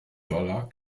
dollar